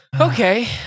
okay